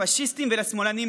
פשיסטים; לשמאלנים,